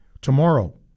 Tomorrow